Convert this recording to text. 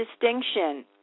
distinction